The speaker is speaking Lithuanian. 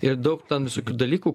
ir daug ten visokių dalykų